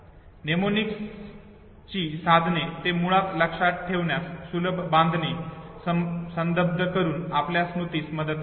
म्नेमोनिक्सची साधने ते मुळात लक्षात ठेवण्यास सुलभ बांधणी संबद्ध करून आपल्या स्मृतीस मदत करतात